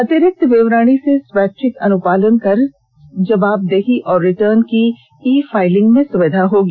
अतिरिक्त विवरण से स्वैच्छिक अनुपालन कर जवाबदेही और रिटर्न की ई फायलिंग में सुविधा होगी